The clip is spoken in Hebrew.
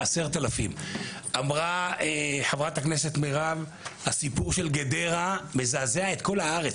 10,000. אמרה חברת הכנסת מירב שהסיפור של גדרה מזעזע את כל הארץ,